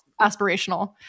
aspirational